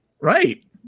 Right